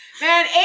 man